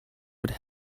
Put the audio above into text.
would